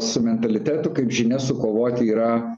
su mentalitetu kaip žinia sukovot yra